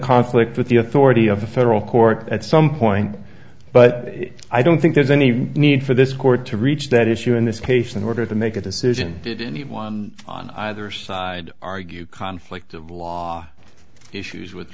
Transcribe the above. conflict with the authority of the federal court at some point but i don't think there's any need for this court to reach that issue in this case in order to make a decision did anyone on either side argue conflict of law issues with